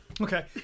Okay